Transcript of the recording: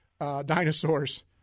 dinosaurs